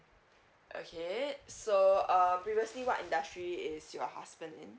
okay so uh previously what industry is your husband in